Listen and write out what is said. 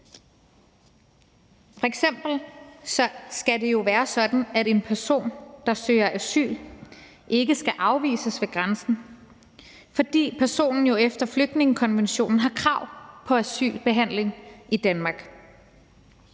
F.eks. skal det være sådan, at en person, der søger asyl, ikke skal afvises ved grænsen, for personen har jo efter flygtningekonventionen krav på asylbehandling i Danmark.